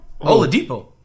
Oladipo